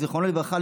זיכרונו לברכה,